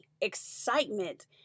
excitement